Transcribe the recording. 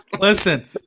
Listen